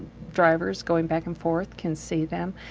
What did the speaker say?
drivers going back and forth can see them.